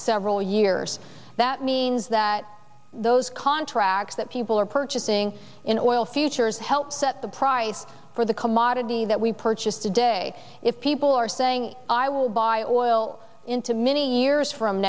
several years that means that those contracts that people are purchasing in oil futures help set the price for the commodity that we purchased today if people are saying i will buy oil into many years from